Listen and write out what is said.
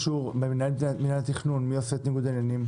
מי יעשה את בדיקת ניגוד העניינים